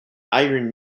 iron